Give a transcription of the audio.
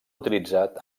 utilitzat